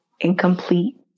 incomplete